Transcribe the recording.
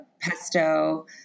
pesto